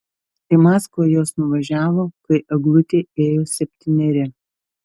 į maskvą jos nuvažiavo kai eglutei ėjo septyneri